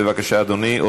בבקשה, אדוני.